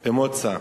במוצא.